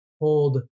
hold